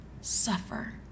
suffer